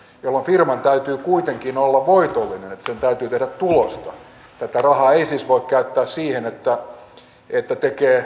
jolloin firman täytyy kuitenkin olla voitollinen sen täytyy tehdä tulosta tätä rahaa ei siis voi käyttää siihen että